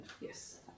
Yes